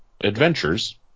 adventures